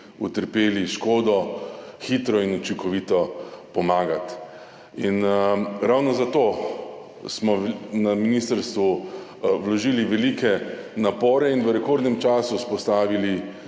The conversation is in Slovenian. utrpeli škodo, hitro in učinkovito pomagati. Ravno zato smo na ministrstvu vložili velike napore in v rekordnem času vzpostavili